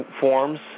forms